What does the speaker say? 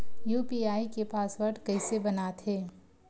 UPI के password कइसे बनाथे?